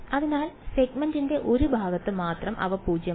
അതിനാൽ സെഗ്മെന്റിന്റെ ഒരു ഭാഗത്ത് മാത്രം അവ പൂജ്യമല്ല